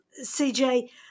CJ